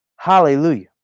Hallelujah